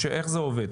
או שאיך זה עובד?